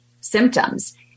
symptoms